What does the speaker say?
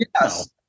yes